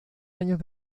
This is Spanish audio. años